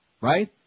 Right